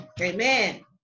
Amen